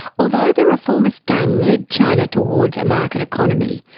although the reformist deng led china towards a market economy,